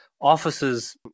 Offices